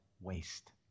waste